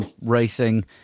racing